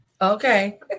Okay